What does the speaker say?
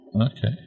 Okay